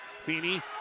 Feeney